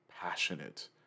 passionate